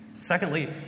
Secondly